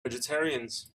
vegetarians